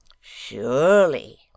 Surely